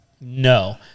No